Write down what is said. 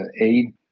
aid